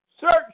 Search